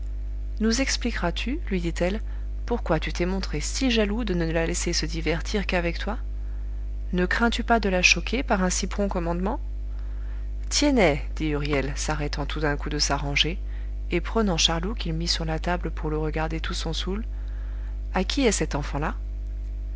nous expliqueras tu lui dit-elle pourquoi tu t'es montré si jaloux de ne la laisser se divertir qu'avec toi ne crains-tu pas de la choquer par un si prompt commandement tiennet dit huriel s'arrêtant tout d'un coup de s'arranger et prenant charlot qu'il mit sur la table pour le regarder tout son soûl à qui est cet enfant-là